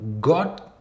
God